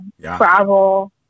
travel